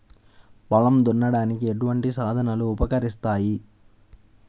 పొలం దున్నడానికి ఎటువంటి సాధనాలు ఉపకరిస్తాయి?